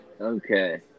Okay